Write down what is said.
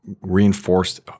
reinforced